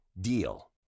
DEAL